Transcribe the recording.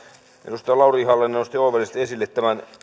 edustaja lauri ihalainen nosti oivallisesti esille tämän